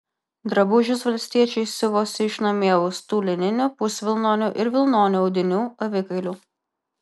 drabužius valstiečiai siuvosi iš namie austų lininių pusvilnonių ir vilnonių audinių avikailių